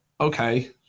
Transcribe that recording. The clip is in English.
okay